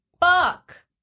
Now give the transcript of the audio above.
fuck